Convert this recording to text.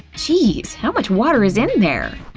geez, how much water is in there?